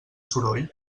soroll